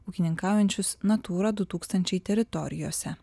ūkininkaujančius natūra du tūkstančiai teritorijose